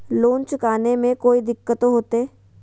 Loan चुकाने में कोई दिक्कतों होते?